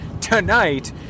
tonight